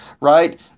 right